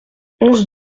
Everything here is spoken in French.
onze